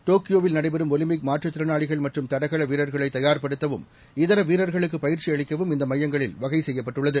டோக்கியோவில் நடைபெறும் ஒலிம்பிக் மாற்றுதிறணாளிகள் மற்றும் தடகளவீரர்களைத் தயார்படுத்தவும் இதரவீரர்களுக்குப் பயிற்சியளிக்கவும் இந்தமையங்களில் வனைசெய்யப்பட்டுள்ளது